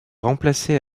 remplacé